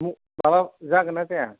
माबा जागोनना जाया